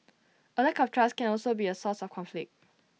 A lack of trust can also be A source of conflict